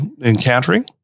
encountering